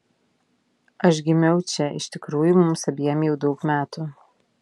aš gimiau čia iš tikrųjų mums abiem jau daug metų